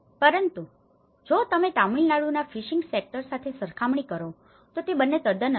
પરંતુ જો તમે તામિલનાડુના ફિશિંગ સેક્ટર સાથે સરખામણી કરો તો તે બંને તદ્દન અલગ છે